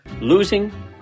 Losing